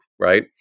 Right